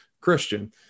Christian